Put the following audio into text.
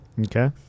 Okay